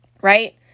Right